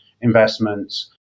investments